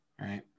right